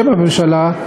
בשם הממשלה,